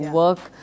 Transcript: work